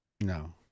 No